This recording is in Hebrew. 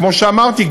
כמו שאמרתי,